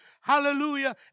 Hallelujah